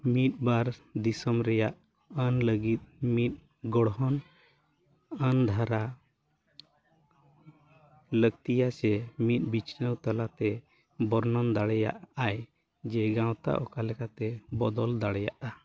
ᱢᱤᱫ ᱵᱟᱨ ᱫᱤᱥᱚᱢ ᱨᱮᱭᱟᱜ ᱟᱹᱱ ᱞᱟᱹᱜᱤᱫ ᱢᱤᱫ ᱜᱚᱲᱦᱚᱱ ᱟᱱ ᱫᱷᱟᱨᱟ ᱞᱟᱹᱠᱛᱤᱭᱟᱥᱮ ᱢᱤᱫ ᱵᱤᱪᱷᱱᱟᱹᱣ ᱛᱟᱞᱟᱛᱮ ᱵᱚᱨᱱᱚᱱ ᱫᱟᱲᱮᱭᱟᱜᱼᱟᱭ ᱡᱮ ᱜᱟᱶᱛᱟ ᱚᱠᱟ ᱞᱮᱠᱟᱛᱮ ᱵᱚᱫᱚᱞ ᱫᱟᱲᱮᱭᱟᱜᱼᱟ